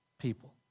people